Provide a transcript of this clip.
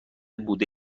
بوده